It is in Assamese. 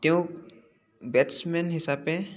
তেওঁক বেটছমেন হিচাপে